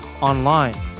online